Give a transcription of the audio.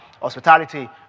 hospitality